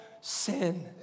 sin